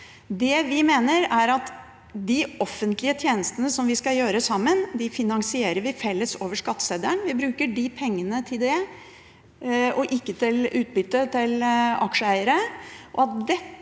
vi mener, er at de offentlige tjenestene som vi skal gjøre sammen, finansierer vi felles over skatteseddelen. Vi bruker de pengene til det, og ikke til utbytte til aksjeeiere.